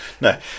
No